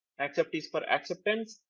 accept is for acceptance,